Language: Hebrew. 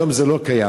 היום זה לא קיים.